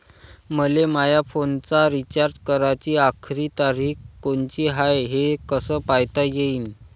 मले माया फोनचा रिचार्ज कराची आखरी तारीख कोनची हाय, हे कस पायता येईन?